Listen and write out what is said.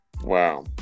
Wow